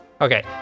Okay